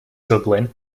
juggling